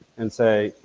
and say,